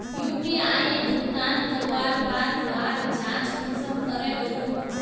UPI भुगतान करवार बाद वहार जाँच कुंसम करे करूम?